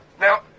Now